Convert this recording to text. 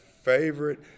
favorite